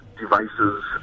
devices